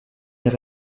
dans